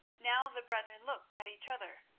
now the brethren looked at each other.